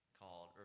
called